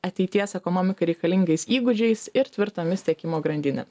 ateities ekonomikai reikalingais įgūdžiais ir tvirtomis tiekimo grandine